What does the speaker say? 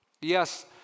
Yes